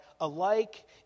alike